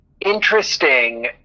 interesting